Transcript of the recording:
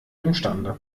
imstande